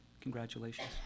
Congratulations